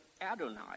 Adonai